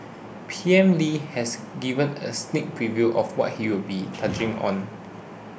P M Lee has given a sneak preview of what he'll be touching on